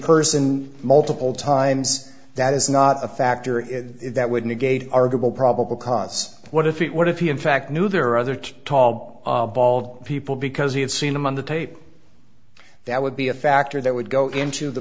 person multiple times that is not a factor that would negate article probable cause what if it what if he in fact knew there are other tall bald people because he had seen them on the tape that would be a factor that would go into the